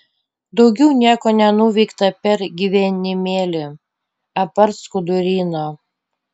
daugiau nieko nenuveikta per gyvenimėlį apart skuduryno